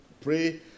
pray